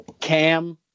Cam